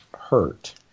hurt